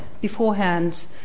beforehand